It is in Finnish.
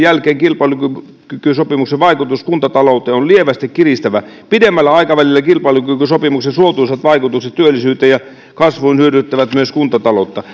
jälkeen kilpailukykysopimuksen vaikutus kuntatalouteen on lievästi kiristävä pidemmällä aikavälillä kilpailukykysopimuksen suotuisat vaikutukset työllisyyteen ja kasvuun hyödyttävät myös kuntataloutta